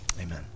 Amen